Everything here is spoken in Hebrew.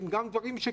ההורים.